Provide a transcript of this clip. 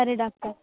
సరే డాక్టర్